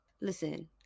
listen